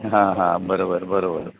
हां हां बरोबर बरोबर